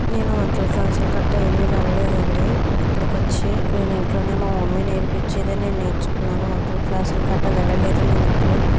నేను వంటల క్లాసులు గట్ట ఏమీ వెళ్లలేదండి ఇప్పుడు కొచ్చి నేను ఇంట్లోనే మా మమ్మీ నేర్పించేదే నేను నేర్చుకున్నాను అండి క్లాస్లు కట్టా వెళ్ళలేదు నేను ఎప్పుడూ